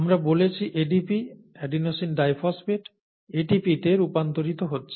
আমরা বলেছি ADP adenosine diphosphate ATP তে রূপান্তরিত হচ্ছে